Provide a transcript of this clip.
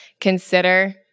consider